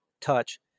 touch